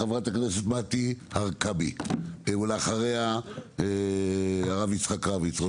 חברת הכנסת מטי הרכבי, ואחריה הרב יצחק רביץ.